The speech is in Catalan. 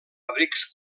abrics